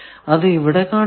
അത് ഇവിടെ കാണിച്ചിട്ടില്ല